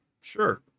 sure